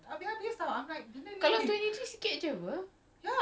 kalau kau kalau kau watch three a day